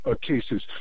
cases